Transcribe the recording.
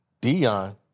Dion